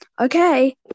Okay